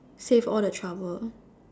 save all the trouble